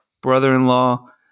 brother-in-law